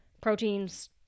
proteins